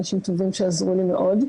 אנשים טובים שעזרו לי מאוד,